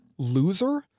Loser